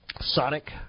Sonic